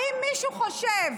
האם מישהו חושב